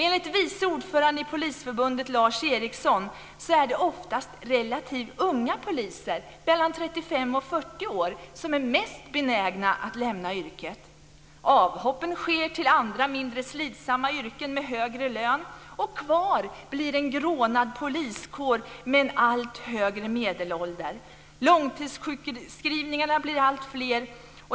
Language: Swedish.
Enligt vice ordförande i Polisförbundet Lars Ericson är det oftast relativt unga poliser, mellan 35 och 40 år, som är mest benägna att lämna yrket. Avhoppen sker till andra mindre slitsamma yrken med högre lön. Kvar blir en grånad poliskår med en allt högre medelålder. Långtidssjukskrivningarna blir alltfler.